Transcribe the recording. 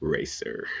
Racer